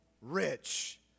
rich